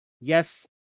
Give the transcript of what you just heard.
Yes